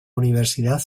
universidad